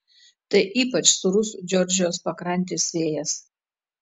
tai ypač sūrus džordžijos pakrantės vėjas